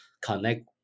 connect